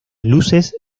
luces